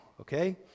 okay